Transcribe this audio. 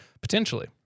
Potentially